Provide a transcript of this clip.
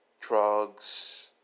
drugs